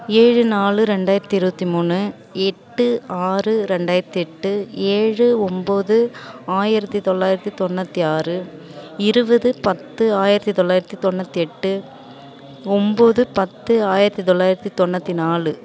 ஏழு நாலு ரெண்டாயிரத்தி இருபத்தி மூணு எட்டு ஆறு ரெண்டாயிரத்தி எட்டு ஏழு ஒம்போது ஆயிரத்தி தொள்ளாயிரத்தி தொண்ணூற்றி ஆறு இருபது பத்து ஆயிரத்தி தொள்ளாயிரத்தி தொண்ணூற்றி எட்டு ஒம்போது பத்து ஆயிரத்தி தொள்ளாயிரத்தி தொண்ணூற்றி நாலு